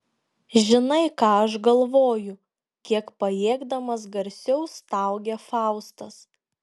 žinai ką aš galvoju kiek pajėgdamas garsiau staugia faustas